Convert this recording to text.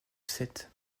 sept